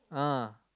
ah